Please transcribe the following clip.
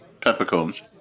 peppercorns